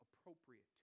appropriate